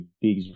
big